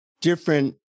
different